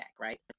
right